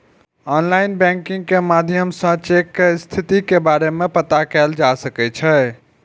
online banking के माध्यम सं चेक के स्थिति के बारे मे पता कैल जा सकै छै